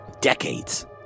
decades